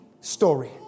story